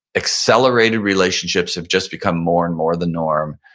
accelerated relationships have just become more and more the norm.